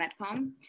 MedCom